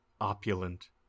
opulent